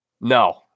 No